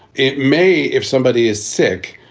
it may if somebody is sick,